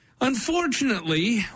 Unfortunately